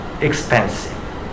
expensive